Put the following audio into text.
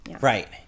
right